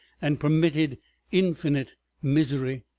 and permitted infinite misery.